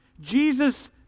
Jesus